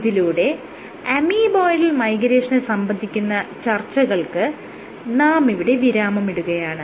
ഇതിലൂടെ അമീബോയ്ഡൽ മൈഗ്രേഷനെ സംബന്ധിക്കുന്ന ചർച്ചകൾക്ക് നാം ഇവിടെ വിരാമമിടുകയാണ്